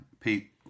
Pete